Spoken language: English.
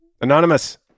Anonymous